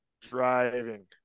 driving